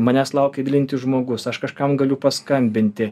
manęs laukia mylintis žmogus aš kažkam galiu paskambinti